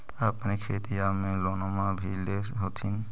अपने खेतिया ले लोनमा भी ले होत्थिन?